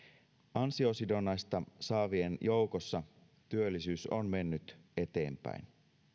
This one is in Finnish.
ansiosidonnaista saavien joukossa työllisyys on mennyt eteenpäin